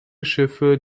schiffe